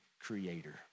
creator